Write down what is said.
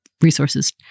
resources